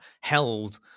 held